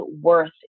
worth